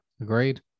agreed